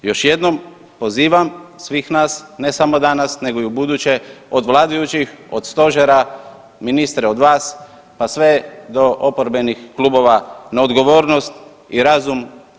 Još jednom pozivam svih nas ne samo danas nego i ubuduće od vladajućih, od stožera, ministre od vas, pa sve do oporbenih klubova na odgovornost i razum.